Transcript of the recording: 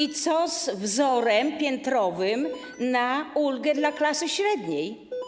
I co z wzorem piętrowym na ulgę dla klasy średniej?